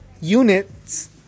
units